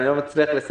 אני לא מצליח לסיים.